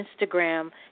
Instagram